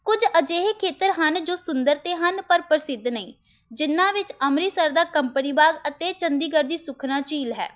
ਕੁਝ ਅਜਿਹੇ ਖੇਤਰ ਹਨ ਜੋ ਸੁੰਦਰ ਤਾਂ ਹਨ ਪਰ ਪ੍ਰਸਿੱਧ ਨਹੀਂ ਜਿਨ੍ਹਾਂ ਵਿੱਚ ਅੰਮ੍ਰਿਤਸਰ ਦਾ ਕੰਪਨੀ ਬਾਗ ਅਤੇ ਚੰਡੀਗੜ੍ਹ ਦੀ ਸੁਖਨਾ ਝੀਲ ਹੈ